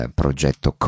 progetto